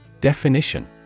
Definition